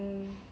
mm